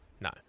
No